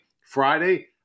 Friday